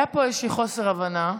היה פה איזשהו חוסר הבנה.